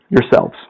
yourselves